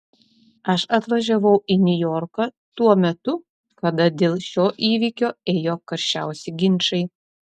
aš atvažiavau į niujorką tuo metu kada dėl šio įvykio ėjo karščiausi ginčai